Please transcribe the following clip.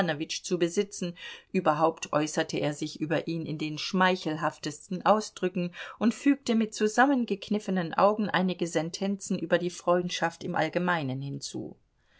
zu besitzen überhaupt äußerte er sich über ihn in den schmeichelhaftesten ausdrücken und fügte mit zusammengekniffenen augen einige sentenzen über die freundschaft im allgemeinen hinzu